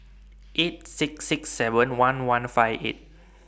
eight six six seven one one five eight